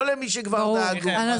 לא למי שכבר דאגו לו.